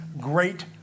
great